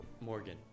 Morgan